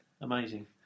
amazing